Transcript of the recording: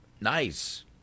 Nice